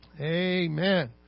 Amen